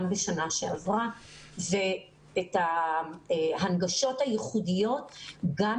בשנה שעברה ואת ההנגשות הייחודיות וגם,